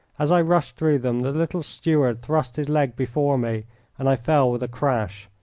as i rushed through them the little steward thrust his leg before me and i fell with a crash,